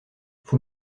vous